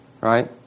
right